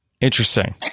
interesting